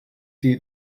die